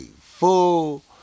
full